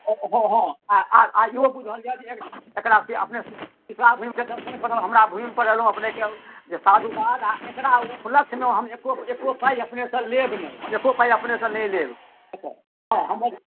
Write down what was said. हँ हँ आ आ इहो बुझल जाय जे एकरा से अपनेके सीता भूमिके दर्शन करब हमरा भूमिपर एलहुँ हेँ अपनेके जे साधुवाद आ एकरा उपलक्ष्यमे हम एक्को एक्को पाइ अपनेसँ लेब नहि हम एक्को पाइ अपनेसँ नहि लेब अच्छा आ हमर